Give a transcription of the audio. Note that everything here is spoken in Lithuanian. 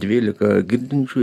dvylika girdinčių